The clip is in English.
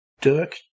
Dirk